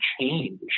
change